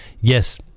yes